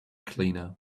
cleaner